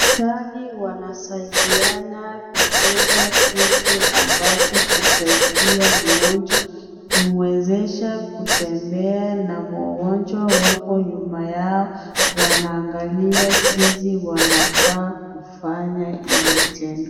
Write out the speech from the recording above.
Daktari wanasaidiana kufunga kitu ambacho husaidia mgonjwa, kumwesheza kutembea na magonjwa wako nyuma yao, wanaangalia jinsi wanafaa kufanya hilo tendo.